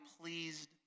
pleased